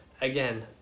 Again